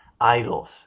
idols